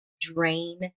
drain